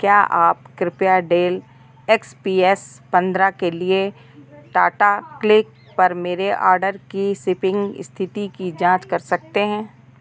क्या आप कृपया डेल एक्स पी एस पन्द्रह के लिए टाटा क्लिक पर मेरे आर्डर की शिपिंग स्थिति की जाँच कर सकते हैं